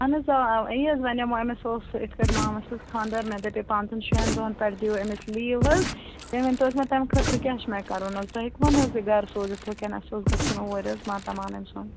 آہَن حظ آ یی حظ ونیٛومو أمِس اوس یِتھٕ پٲٹھۍ مامَس حظ خانٛدر مےٚ دٔپٮ۪و پٲنٛژَن شٮ۪ن دۄہَن پٮ۪ٹھ دِیِو أمِس لیٖو حظ بیٚیہِ ؤنۍ تَو حظ مےٚ تَمہِ خٲطرٕ کیٛاہ چھُ مےٚ کَرُن حظ تُہۍ ہٮ۪کوٗن حظ مےٚ یہِ گَرٕ سوٗزِتھ وُنکیٚنَس اَسہِ اوس گَژھُن اوٗرۍ حظ ماتامال أمۍ سُنٛد